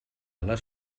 les